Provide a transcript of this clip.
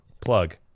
plug